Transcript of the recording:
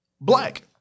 black